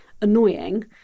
annoying